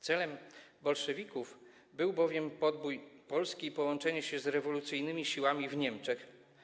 Celem bolszewików był bowiem podbój Polski i połączenie się z rewolucyjnymi siłami w Niemczech.